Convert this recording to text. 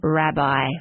rabbi